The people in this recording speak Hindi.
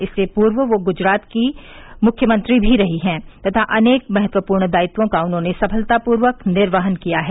इससे पूर्व वह गुजरात की मुख्यमंत्री भी रही हैं तथा अनेक महत्वपूर्ण दायित्वों का उन्होंने सफलता पूर्वक निर्वहन किया है